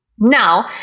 Now